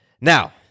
Now